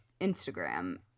Instagram